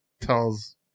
tells